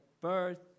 birth